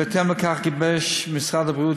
בהתאם לכך גיבש משרד הבריאות,